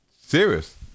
Serious